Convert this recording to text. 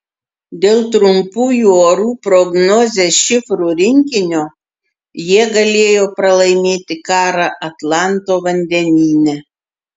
dėl trumpųjų orų prognozės šifrų rinkinio jie galėjo pralaimėti karą atlanto vandenyne